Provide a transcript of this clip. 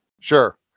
sure